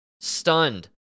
stunned